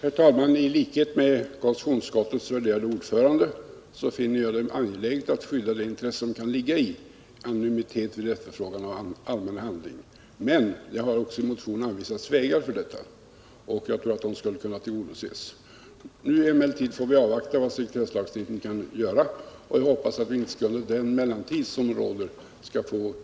Herr talman! I likhet med konstitutionsutskottets värderade ordförande finner jag det angeläget att skydda de intressen som kan ligga i anonymitet vid efterfrågan av allmän handling. Men jag har också i motionen anvisat vägar för detta, och jag tror att de intressena skulle kunna tillgodoses. Nu får vi emellertid avvakta sekretesslagstiftningen, och jag hoppas att vi i mellantiden inte skall få